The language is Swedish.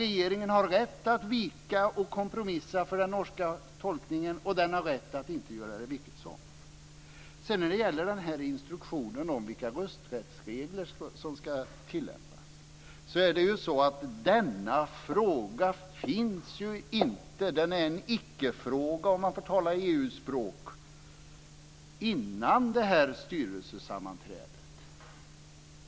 Regeringen har rätt att vika för och kompromissa med den norska tolkningen, och den har rätt att inte göra det - vilket som. När det gäller instruktionen om vilka rösträttsregler som skulle tillämpas är det ju en fråga som inte fanns - det är en icke-fråga, om man får tala EU språk - före det här styrelsesammanträdet.